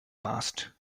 past